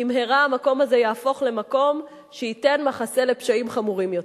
במהרה המקום הזה יהפוך למקום שייתן מחסה לפשעים חמורים יותר.